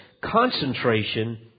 Concentration